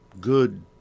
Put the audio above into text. good